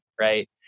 right